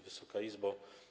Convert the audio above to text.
Wysoka Izbo!